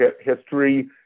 history